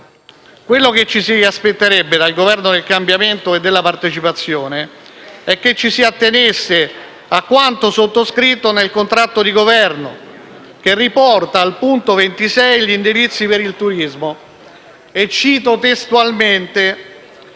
Quello che ci si aspetterebbe dal Governo del cambiamento e della partecipazione è che ci si attenesse a quanto sottoscritto nel contratto di Governo, che riporta, al punto 26, gli indirizzi per il turismo. Cito testualmente: